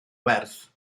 werth